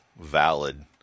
valid